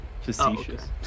Facetious